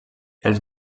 els